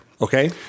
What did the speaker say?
Okay